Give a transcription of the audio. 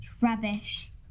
rubbish